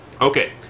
Okay